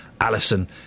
Alison